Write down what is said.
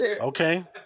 Okay